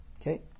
Okay